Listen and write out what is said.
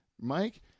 Mike